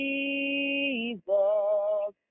Jesus